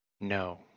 No